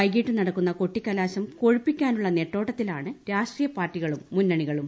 വൈകിട്ട് നടക്കുന്ന കൊട്ടിക്കലാശം കൊഴുപ്പിക്കാനുള്ള നെട്ടോട്ടത്തിലാണ് രാഷ്ട്രീയ പാർട്ടികളുട്ടിമുന്നണികളും